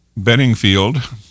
Benningfield